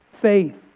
faith